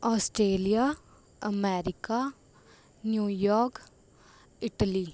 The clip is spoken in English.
Australia America New York Italy